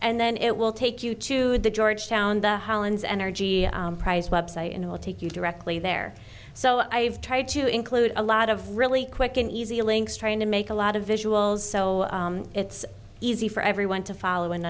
and then it will take you to the georgetown the hollands energy prize website and it will take you directly there so i've tried to include a lot of really quick and easy links trying to make a lot of visuals so it's easy for everyone to follow and